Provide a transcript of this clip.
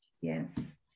Yes